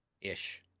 Ish